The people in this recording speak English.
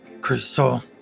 Crystal